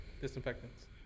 disinfectants